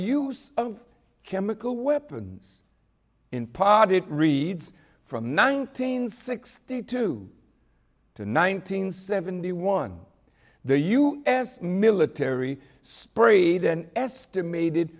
use of chemical weapons in pod it reads from nineteen sixty two to nine hundred seventy one the u s military sprayed and estimated